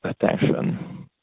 attention